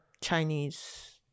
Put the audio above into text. Chinese